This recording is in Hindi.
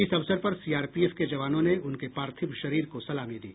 इस अवसर पर सीआरपीएफ के जवानों ने उनके पार्थिव शरीर को सलामी दी